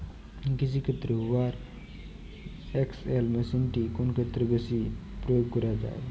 কৃষিক্ষেত্রে Hoover XL মেশিনটি কোন ক্ষেত্রে বেশি প্রয়োগ করা হয়?